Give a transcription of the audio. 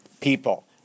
people